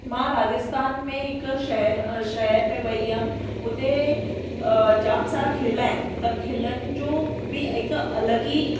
मां राजस्थान में हिकु शहर अं शहर में वई हुअमि उते अ जामु सारा क़िला आहिनि त क़िलनि जो बि हिकु अलॻि ई